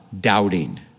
doubting